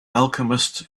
alchemist